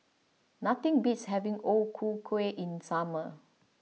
nothing beats having O Ku Kueh in the summer